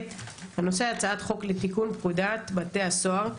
בנושא: הצעת חוק לתיקון פקודת בתי הסוהר (מס'